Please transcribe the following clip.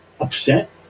upset